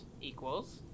equals